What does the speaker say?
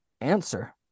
answer